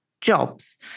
jobs